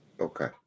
Okay